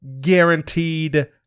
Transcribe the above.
guaranteed